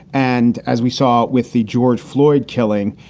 and as we saw with the george floyd killing,